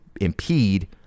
impede